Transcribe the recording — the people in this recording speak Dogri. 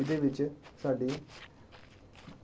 इदे विच साढे